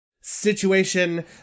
situation